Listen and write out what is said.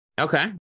Okay